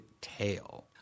tail